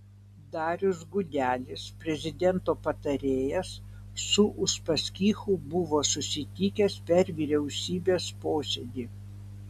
darius gudelis prezidento patarėjas su uspaskichu buvo susitikęs per vyriausybės posėdį